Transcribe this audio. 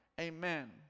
Amen